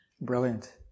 Brilliant